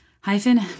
Hyphen